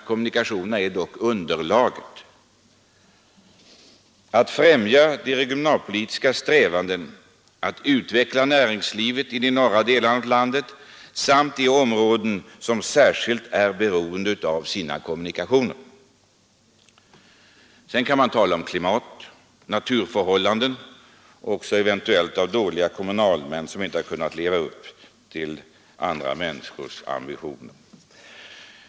Kommunikationerna är dock underlaget när det gäller att främja de regionalpolitiska strävandena och att utveckla näringslivet i de norra delarna av landet och andra områden som särskilt är beroende av sina kommunikationer. Sedan kan man tala om klimat, naturförhållanden och eventuellt om dåliga kommunalmän som inte kunnat leva upp till andra människors ambitioner.